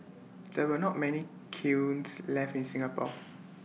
there are not many kilns left in Singapore